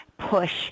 push